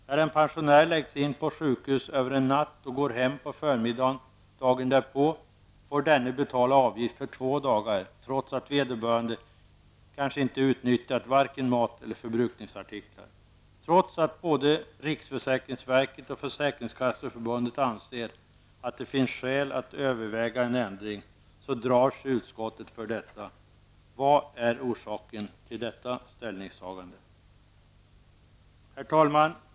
När en pensionär läggs in på sjukhus över en natt och går hem på förmiddagen dagen därpå får denne betala avgift för två dagar trots att vederbörande inte utnyttjat vare sig mat eller förbrukningsartiklar. Trots att både riksförsäkringsverket och Försäkringskasseförbundet anser att det finns skäl att överväga en ändring så drar sig utskottet för detta. Vad är orsaken till detta ställningstagande? Herr talman!